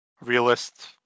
realist